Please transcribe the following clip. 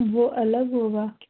وہ الگ ہوگا